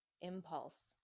impulse